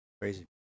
Crazy